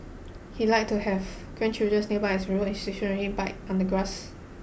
he liked to have grandchildren nearby as he rode his stationary bike on the grass